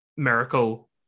Miracle